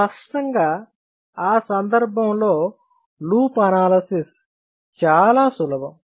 స్పష్టంగా ఆ సందర్భంలో లూప్ అనాలసిస్ చాలా సులభం